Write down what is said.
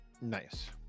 Nice